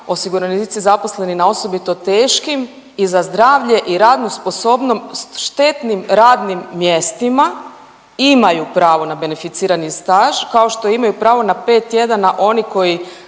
osiguranici zaposleni na osobito teškim i za zdravlje i radnu sposobnost štetnim radnim mjestima imaju pravo na beneficirani staž kao što imaju pravo na pet tjedana oni koji